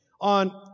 on